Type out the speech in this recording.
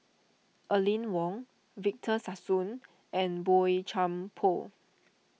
Aline Wong Victor Sassoon and Boey Chuan Poh